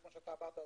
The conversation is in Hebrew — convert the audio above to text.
כפי שאמרת,